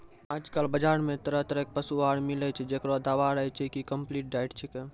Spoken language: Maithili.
आजकल बाजार मॅ तरह तरह के पशु आहार मिलै छै, जेकरो दावा रहै छै कि कम्पलीट डाइट छेकै